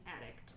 addict